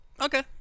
Okay